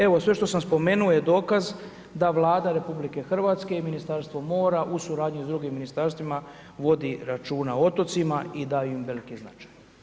Evo sve što sam spomenuo je dokaz da Vlada RH i Ministarstvo mora u suradnji sa drugim ministarstvima vodi računa o otocima i da im veliki značaj.